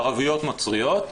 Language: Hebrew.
ערביות נוצריות,